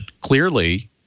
clearly